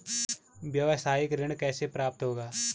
व्यावसायिक ऋण कैसे प्राप्त होगा?